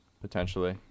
potentially